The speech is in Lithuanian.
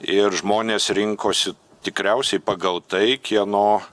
ir žmonės rinkosi tikriausiai pagal tai kieno